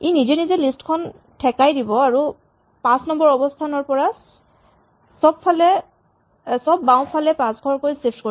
ই নিজে নিজে লিষ্ট খন ঠেকাই দিব আৰু ৫ অৱস্হানৰ পৰা চব বাওঁফালে ৫ ঘৰকৈ ছিফ্ট কৰিব